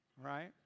Right